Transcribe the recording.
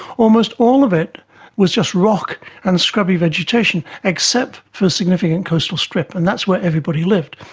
almost all of it was just rock and scrubby vegetation, except for a significant coastal strip and that's where everybody lived.